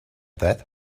that